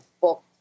book